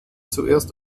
zuerst